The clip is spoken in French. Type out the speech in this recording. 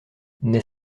n’est